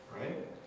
right